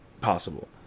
possible